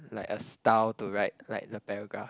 like a style to write like the paragraph